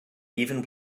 even